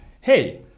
hey